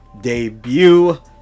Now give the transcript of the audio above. debut